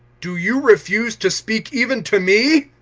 do you refuse to speak even to me?